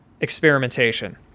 experimentation